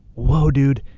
whoa, dude.